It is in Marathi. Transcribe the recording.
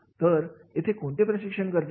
तर येथे कोणते प्रशिक्षण गरजेचे आहे